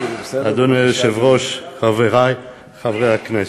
אדוני היושב-ראש, חברי חברי הכנסת,